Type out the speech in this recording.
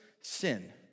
sin